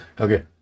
okay